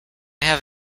have